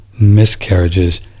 miscarriages